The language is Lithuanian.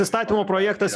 įstatymų projektas